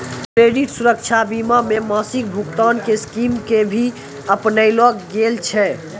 credit सुरक्षा बीमा मे मासिक भुगतान के स्कीम के भी अपनैलो गेल छै